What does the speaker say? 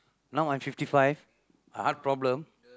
now I'm fifty five I heart problem